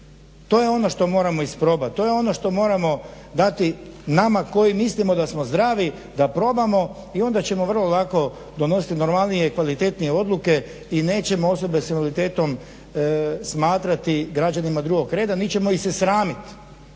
To je oto što moramo isprobati. To je ono što moramo dati nama koji mislimo da smo zdravi, da probamo i onda ćemo vrlo lako donositi normalnije i kvalitetnije odluke i nećemo osobe s invaliditetom smatrati građanima drugog reda niti ćemo ih se sramiti.